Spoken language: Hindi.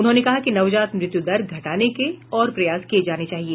उन्होंने कहा कि नवजात मृत्यू दर घटाने के और प्रयास किए जाने चाहिए